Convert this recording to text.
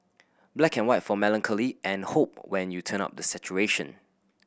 black and white for melancholy and hope when you turn up the saturation